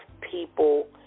people